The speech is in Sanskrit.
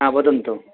वदन्तु